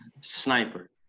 Sniper